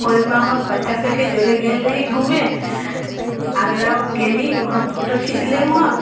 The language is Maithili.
ओहिमे हम बच्चा सबके सङ्गे गेल रही घूमे आगरा गेली वहाँ फोटो खीचलै वहाँ